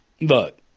Look